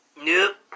Nope